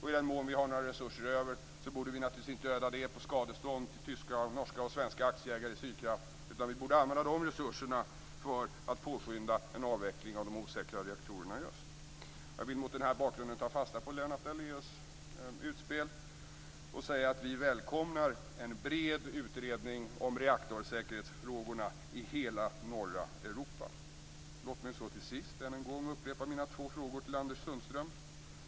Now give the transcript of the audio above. I den mån vi har några resurser över borde vi naturligtvis inte öda det på skadestånd till tyska, norska och svenska aktieägare i Sydkraft, utan vi borde använda de resurserna för att påskynda en avveckling av de osäkra reaktorerna i öst. Jag vill mot den här bakgrunden ta fasta på Lennart Daléus utspel och säga att vi välkomnar en bred utredning om reaktorsäkerhetsfrågorna i hela norra Låt mig så till sist än en gång upprepa mina två frågor till Anders Sundström.